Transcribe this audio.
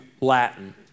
Latin